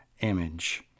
image